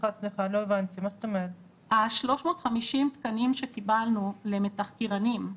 ה-350 תקנים שקיבלנו ביולי לתחקירנים,